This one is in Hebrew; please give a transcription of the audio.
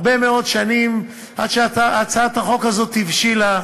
הרבה מאוד שנים, עד שהצעת החוק הזאת הבשילה.